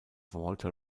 walter